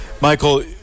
Michael